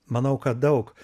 manau kad daug